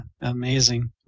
amazing